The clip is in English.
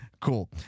Cool